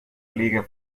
liga